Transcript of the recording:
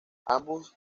ambos